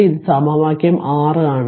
ഇത് സമവാക്യം 6 ആണ്